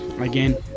again